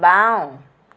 বাওঁ